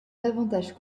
davantage